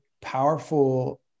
powerful